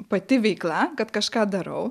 pati veikla kad kažką darau